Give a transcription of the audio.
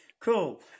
Cool